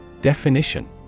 Definition